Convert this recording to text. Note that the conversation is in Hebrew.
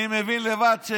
אני מבין לבד.